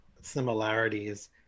similarities